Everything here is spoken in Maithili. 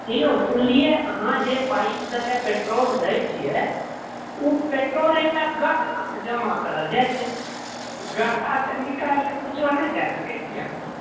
हे यौ सुनलिऐ अहाँजे पाइप देने पेट्रोल दयए छिऐ ओ पेट्रोल एकटा गढ़हामे जमा करल जाइत छै गढ़हासँ निकालिके किछु नहि दए सकैत छी अहाँ